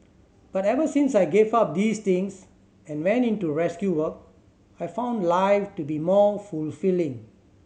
but ever since I gave up these things and went into rescue work I've found life to be more fulfilling